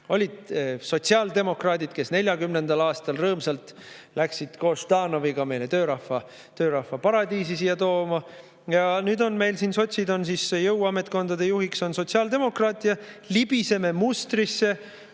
Olid sotsiaaldemokraadid, kes 1940. aastal rõõmsalt läksid koos Ždanoviga meile siia töörahva paradiisi tooma. Nüüd on meil siin taas sotsid, jõuametkondade juht on sotsiaaldemokraat, ja me libiseme mustrisse,